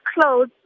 clothes